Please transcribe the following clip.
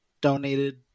donated